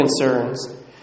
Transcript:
concerns